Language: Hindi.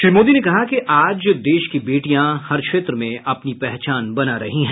श्री मोदी ने कहा कि आज देश की बेटियां हर क्षेत्र में अपनी पहचान बना रही हैं